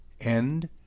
End